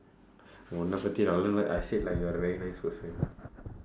உன்ன பத்தி நல்லதா தான்:unna paththi nallathaa thaan I said like you're a very nice person